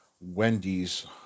Wendy's